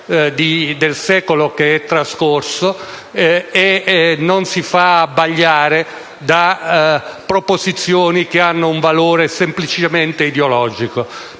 del secolo che è trascorso e non si faccia abbagliare da proposizioni che hanno un valore semplicemente ideologico.